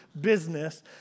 business